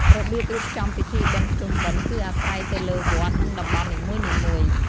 របៀបរៀបចំពិធីបុណ្យភ្ជុំបិណ្ឌគឺអាស្រ័យទៅលើវត្ត និងតំបន់នីមួយៗ។